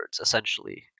essentially